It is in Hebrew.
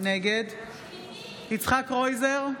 נגד יצחק קרויזר,